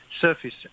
surface